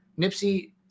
Nipsey